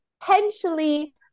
potentially